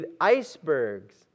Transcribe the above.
icebergs